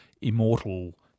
immortal